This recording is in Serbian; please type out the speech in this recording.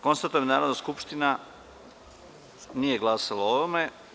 Konstatujem da Narodna skupština nije glasala o ovome.